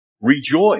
Rejoice